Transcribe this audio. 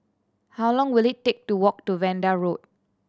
how long will it take to walk to Vanda Road